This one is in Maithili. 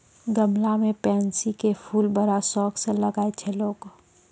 गमला मॅ पैन्सी के फूल बड़ा शौक स लगाय छै लोगॅ